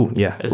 yeah.